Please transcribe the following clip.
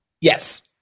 Yes